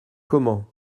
comment